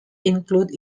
include